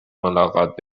ملاقات